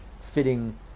fitting